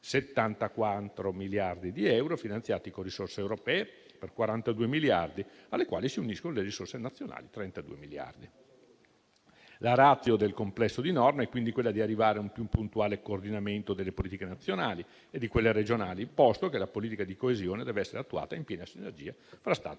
74 miliardi di euro, finanziati con risorse europee per 42 miliardi, alle quali si uniscono le risorse nazionali pari a 32 miliardi. La *ratio* del complesso di norme è quindi quella di arrivare a un più puntuale coordinamento delle politiche nazionali e di quelle regionali, posto che la politica di coesione deve essere attuata in piena sinergia fra Stato e